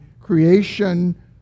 creation